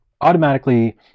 automatically